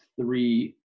three